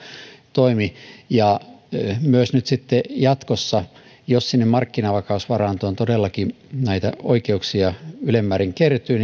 toimi ja myös nyt sitten jatkossa jos sinne markkinavakausvarantoon todellakin näitä oikeuksia ylen määrin kertyy